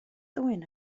ddwyn